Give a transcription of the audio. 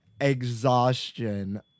exhaustion